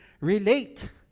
relate